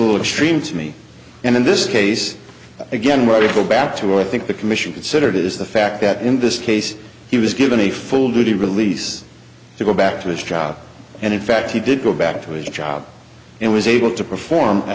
little extreme to me and in this case again ready to go back to i think the commission considered is the fact that in this case he was given a full duty release to go back to his job and in fact he did go back to his job and was able to perform a